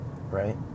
right